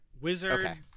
Wizard